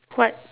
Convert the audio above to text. what